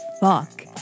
fuck